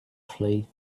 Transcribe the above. flee